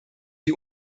die